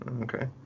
okay